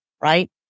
Right